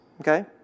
okay